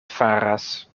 faras